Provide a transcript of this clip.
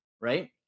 right